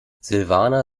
silvana